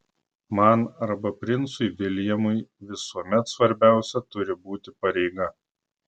man arba princui viljamui visuomet svarbiausia turi būti pareiga